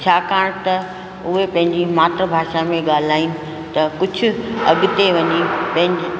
छाकाणि त उहे पंहिंजी मातृभाषा में ॻाल्हाइनि त कुझु अॻिते वञी पंहिंजे